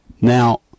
Now